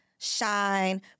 Shine